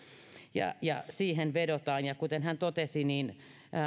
ja ja siihen vedotaan ja kuten hän totesi niin